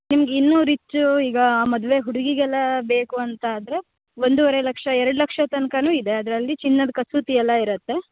ನಿಮ್ಗೆ ಇನ್ನೂ ರಿಚ್ಚು ಈಗ ಮದುವೆ ಹುಡುಗಿಗೆಲ್ಲಾ ಬೇಕು ಅಂತ ಆದರೆ ಒಂದುವರೆ ಲಕ್ಷ ಎರಡು ಲಕ್ಷ ತನ್ಕವೂ ಇದೆ ಅದರಲ್ಲಿ ಚಿನ್ನದ ಕಸೂತಿ ಎಲ್ಲ ಇರುತ್ತೆ